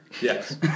Yes